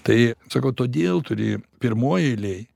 tai sakau todėl turi pirmoj eilėj